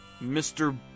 Mr